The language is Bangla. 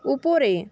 উপরে